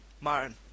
Martin